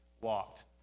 walked